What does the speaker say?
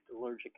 allergic